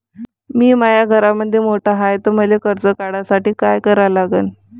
मी माया घरामंदी मोठा हाय त मले कर्ज काढासाठी काय करा लागन?